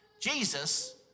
Jesus